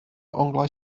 onglau